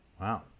wow